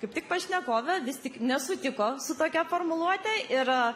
kaip tik pašnekovė vis tik nesutiko su tokia formuluote ir